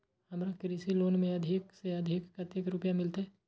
हमरा कृषि लोन में अधिक से अधिक कतेक रुपया मिलते?